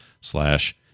slash